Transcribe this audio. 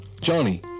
Johnny